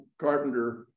Carpenter